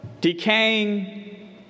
decaying